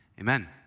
amen